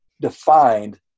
defined